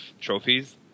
trophies